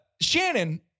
Shannon